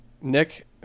Nick